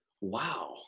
Wow